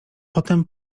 potem